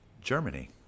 Germany